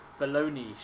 baloney